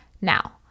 Now